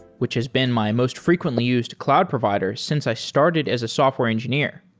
which has been my most frequently used cloud provider since i started as a software engineer.